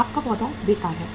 आपका पौधा बेकार है